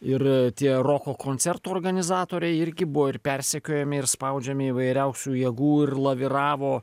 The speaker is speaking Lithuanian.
ir tie roko koncertų organizatoriai irgi buvo ir persekiojami ir spaudžiami įvairiausių jėgų ir laviravo